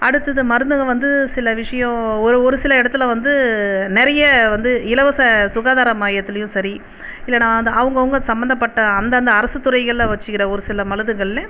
அடுத்தது மருந்துக வந்து சில விஷயம் ஒரு சில இடத்துல வந்து நிறைய வந்து இலவச சுகாதார மையத்திலேயும் சரி இல்லைனா அந்த அவங்கவுங்க சம்மந்தப்பட்ட அந்தந்த அரசு துறைகளில் வச்சுக்கிற ஒரு சில மருந்துகளில்